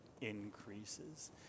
increases